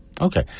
Okay